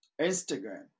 Instagram